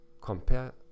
Compare